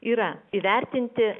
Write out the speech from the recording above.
yra įvertinti